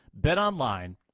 BetOnline